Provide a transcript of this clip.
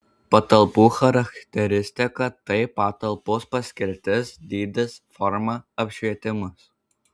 patalpų charakteristika tai patalpos paskirtis dydis forma apšvietimas